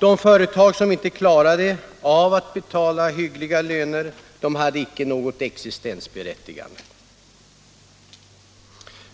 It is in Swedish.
De företag som inte klarade av att betala hyggliga löner hade icke något existensberättigande.